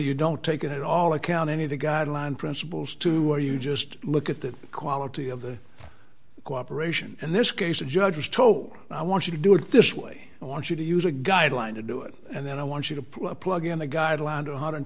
you don't take it all account any of the guideline principles to where you just look at the quality of the cooperation in this case the judges talk i want you to do it this way i want you to use a guideline to do it and then i want you to put a plug in the guidelines one hundred and